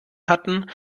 hatten